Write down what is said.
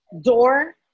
door